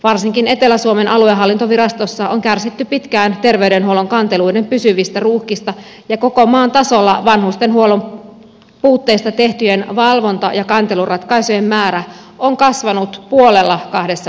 varsinkin etelä suomen aluehallintovirastossa on kärsitty pitkään terveydenhuollon kanteluiden pysyvistä ruuhkista ja koko maan tasolla vanhustenhuollon puutteista tehtyjen valvonta ja kanteluratkaisujen määrä on kasvanut puolella kahdessa vuodessa